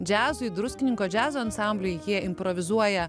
džiazui druskininkų džiazo ansambliui jie improvizuoja